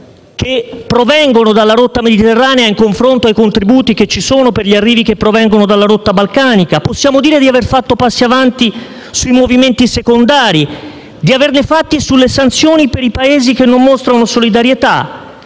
che provengono dalla rotta mediterranea in confronto ai contributi che ci sono per gli arrivi che provengono dalla rotta balcanica? Possiamo dire di aver fatto passi avanti sui movimenti secondari, di averli fatti sulle sanzioni per i Paesi che non mostrano solidarietà?